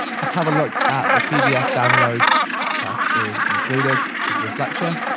just have a look at the pdf download that is included with this lecture,